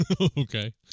Okay